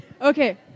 Okay